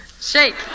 Shake